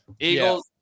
Eagles